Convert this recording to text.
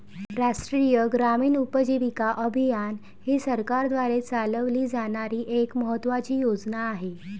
राष्ट्रीय ग्रामीण उपजीविका अभियान ही सरकारद्वारे चालवली जाणारी एक महत्त्वाची योजना आहे